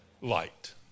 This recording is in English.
Light